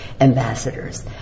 ambassadors